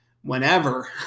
whenever